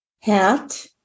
Hat